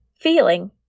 Feeling